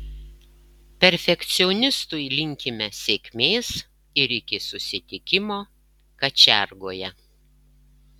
perfekcionistui linkime sėkmės ir iki susitikimo kačiargoje